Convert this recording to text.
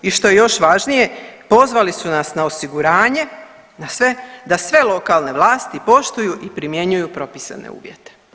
I što je još važnije pozvali su nas na osiguranje, nas sve da sve lokalne vlasti poštuju i primjenjuju propisane uvjete.